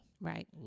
Right